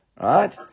Right